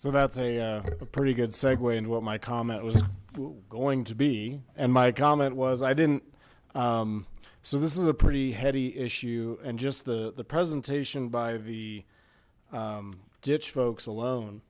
so that's a pretty good segue into what my comment was going to be and my comment was i didn't so this is a pretty heady issue and just the the presentation by the ditch folks alone